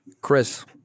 Chris